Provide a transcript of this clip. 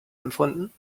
empfunden